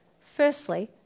firstly